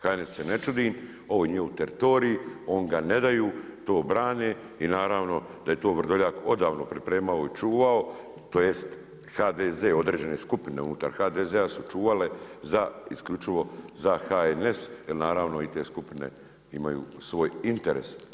HNS-u se ne čudim, ovo je njihov teritorij oni ga ne daju, to brane i naravno da je to Vrdoljak odavno pripremao i čuvao tj. HDZ određene skupine unutar HDZ-a su čuvale isključivo za HNS jel naravno i te skupine imaju svoj interes.